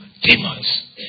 demons